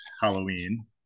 halloween